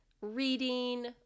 reading